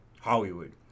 Hollywood